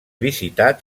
visitat